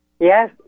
Yes